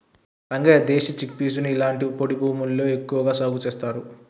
రంగయ్య దేశీ చిక్పీసుని ఇలాంటి పొడి భూముల్లోనే ఎక్కువగా సాగు చేస్తారు